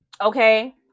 okay